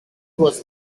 was